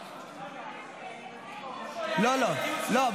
------ לא, לא.